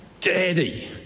Daddy